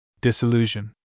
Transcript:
Disillusion